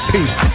Peace